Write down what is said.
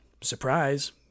surprise